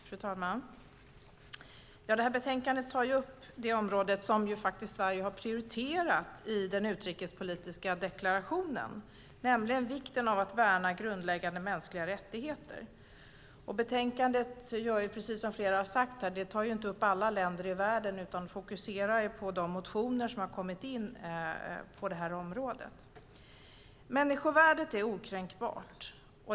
Fru talman! Det här betänkandet tar upp det område som Sverige har prioriterat i den utrikespolitiska deklarationen, nämligen vikten av att värna grundläggande mänskliga rättigheter. Som flera talare har sagt tar betänkandet inte upp alla länder i världen utan fokuserar på de motioner som har kommit in på det här området. Människovärdet är okränkbart.